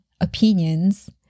opinions